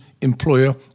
employer